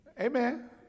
Amen